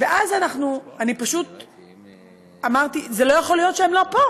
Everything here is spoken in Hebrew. ואז פשוט אמרתי: לא יכול להיות שהם לא פה.